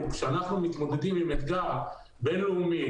שאנחנו מתמודדים עם אתגר בינלאומי,